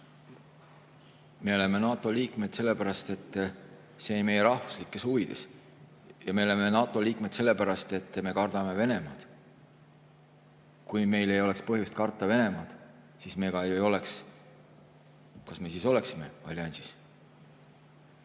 Me oleme NATO liikmed sellepärast, et see on meie rahvuslikes huvides. Ja me oleme NATO liikmed sellepärast, et me kardame Venemaad. Kui meil ei oleks põhjust karta Venemaad, kas me siis oleksime alliansis? Ma